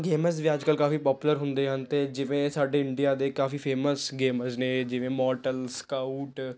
gamers ਵੀ ਅੱਜ ਕੱਲ੍ਹ ਕਾਫੀ ਪੋਪੂਲਰ ਹੁੰਦੇ ਹਨ ਅਤੇ ਜਿਵੇਂ ਸਾਡੇ ਇੰਡੀਆ ਦੇ ਕਾਫੀ ਫੇਮਸ ਗੇਮਰਜ ਨੇ ਜਿਵੇਂ ਮੋਰਟਲ ਸਕਾਊਟ